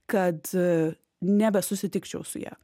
kad nebesusitikčiau su ja